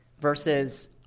versus